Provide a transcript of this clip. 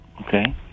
Okay